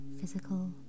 physical